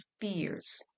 fears